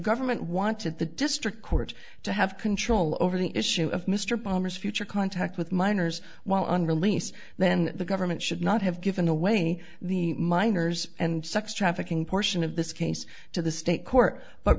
government wanted the district courts to have control over the issue of mr palmer's future contact with minors while on release then the government should not have given away the minors and sex trafficking portion of this case to the state court but